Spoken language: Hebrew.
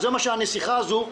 זה מה שהנסיכה הזו צריכה,